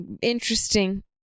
Interesting